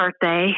birthday